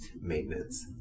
maintenance